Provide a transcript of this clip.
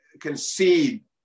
concede